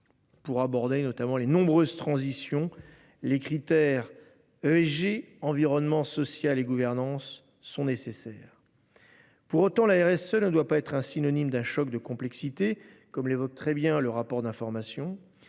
Pour aborder notamment les nombreuses transition les critères ESG environnement social et gouvernance sont nécessaires. Pour autant, l'ARS ne doit pas être un synonyme d'un choc de complexité, comme les autres très bien le rapport d'information.